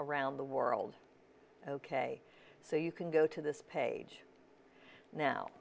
around the world ok so you can go to this page now